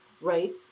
right